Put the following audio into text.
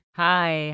hi